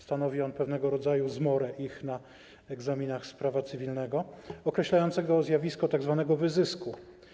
Stanowi on pewnego rodzaju ich zmorę na egzaminach z prawa cywilnego określającego zjawisko tzw. wyzysku.